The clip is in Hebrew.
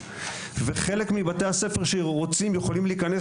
וחלק מבתי הספר שרוצים יכולים להיכנס